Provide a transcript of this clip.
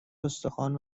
استخوان